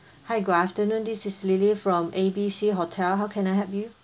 hi good afternoon this is lily from A B C hotel how can I help you